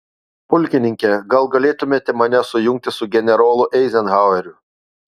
pulkininke gal galėtumėte mane sujungti su generolu eizenhaueriu